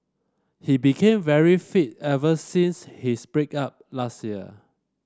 he became very fit ever since his break up last year